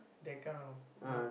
that kind of look